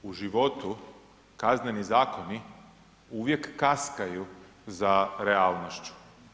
U životu kazneni zakoni uvijek kaskaju za realnošću.